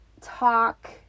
talk